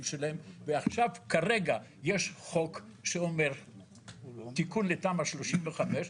שלהם ועכשיו כרגע יש חוק שאומר תיקון לתמ"א 35,